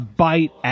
bite